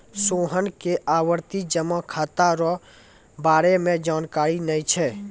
सोहन के आवर्ती जमा खाता रो बारे मे जानकारी नै छै